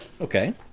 Okay